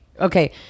Okay